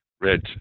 red